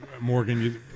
Morgan